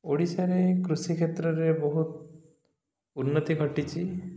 ଓଡ଼ିଶାରେ କୃଷି କ୍ଷେତ୍ରରେ ବହୁତ ଉନ୍ନତି ଘଟିଛି